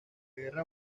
guerra